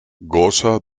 goza